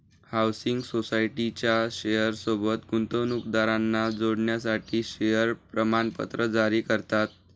housing सोसायटीच्या share सोबत गुंतवणूकदारांना जोडण्यासाठी शेअर प्रमाणपत्र जारी करतात